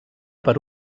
per